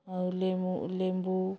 ଆଉ ଲେମ୍ବୁ ଲେମ୍ବୁ